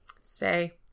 say